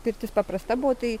pirtis paprasta buvo tai